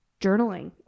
journaling